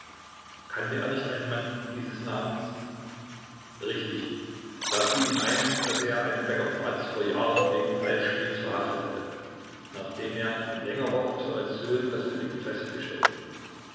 kannte er nicht einen mann dieses namens richtig da fiel ihm ein daß er einen bäcker bratz vor jahren wegen falschspiels verhaftet hatte nachdem er in längerer observation das delikt festgestellt